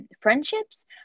friendships